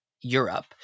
Europe